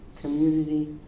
community